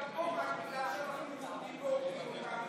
גם פה רק בגלל שאנחנו יהודים הורגים אותנו,